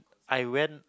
I went